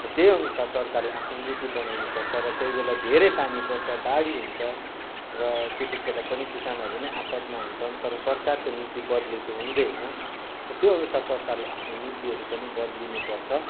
त्यहीअनुसार सरकारले आफ्नो नीति बनाउनुपर्छ र कोहीबेला धेरै पानी पर्छ बाडी हुन्छ र त्यतिखेर पनि किसानहरू नै आपदमा हुन्छन् तर सरकारको नीति बद्लेको हुँदैन त्योअनुसार सरकारले आफ्नो नीतिहरू पनि बदलिनुपर्छ